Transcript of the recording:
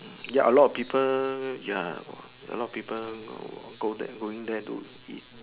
mm ya a lot of people ya a lot of people go there going there to eat